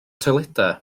toiledau